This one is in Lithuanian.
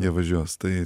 jie važiuos tai